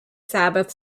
sabbath